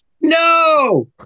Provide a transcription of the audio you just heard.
No